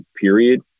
period